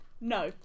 No